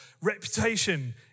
reputation